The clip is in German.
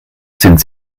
sind